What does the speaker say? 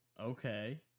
Okay